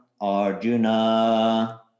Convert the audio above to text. Arjuna